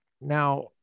now